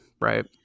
right